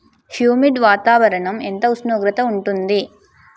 Humid వాతావరణం ఎంత ఉష్ణోగ్రత ఉంటుంది?